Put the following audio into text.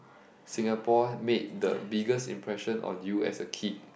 Singapore made the biggest impression on you as a kid